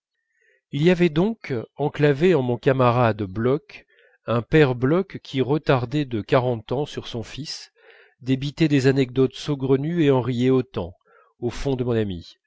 il y avait donc enclavé en mon camarade bloch un père bloch qui retardait de quarante ans sur son fils débitait des anecdotes saugrenues et en riait autant au fond de mon ami